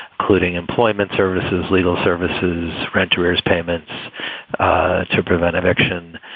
including employment services, legal services, rent arrears, payments to prevent eviction.